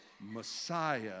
Messiah